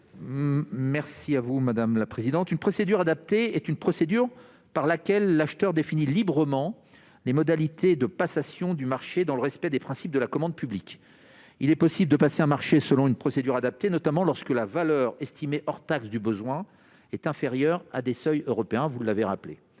est l'avis de la commission ? Une procédure adaptée est une procédure par laquelle l'acheteur définit librement les modalités de passation du marché dans le respect des principes de la commande publique. Il est possible de passer un marché selon une procédure adaptée, notamment lorsque la valeur estimée hors taxes du besoin est inférieure à des seuils fixés par le droit européen- vous l'avez rappelé.